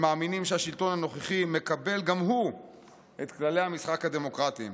הם מאמינים שהשלטון הנוכחי מקבל גם הוא את כללי המשחק הדמוקרטיים.